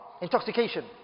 Intoxication